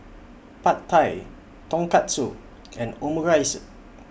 Pad Thai Tonkatsu and Omurice